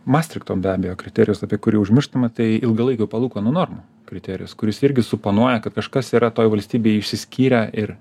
mastrichto be abejo kriterijus apie kurį užmirštama tai ilgalaikių palūkanų normų kriterijus kuris irgi suponuoja kad kažkas yra toj valstybėje išsiskyrę ir